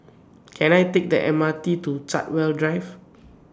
Can I Take The M R T to Chartwell Drive